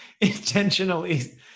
intentionally